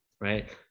right